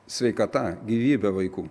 sveikata gyvybe vaikų